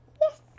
yes